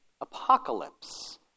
apocalypse